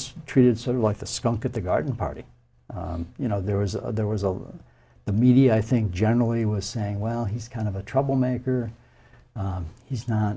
was treated sort of like the skunk at the garden party you know there was a there was over the media i think generally he was saying well he's kind of a troublemaker he's not